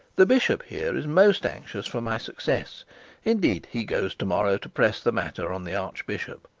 the bishop here is most anxious for my success indeed, he goes to-morrow to press the matter on the archbishop.